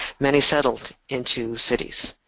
many settled into cities.